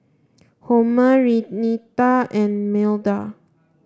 Homer Renita and Milda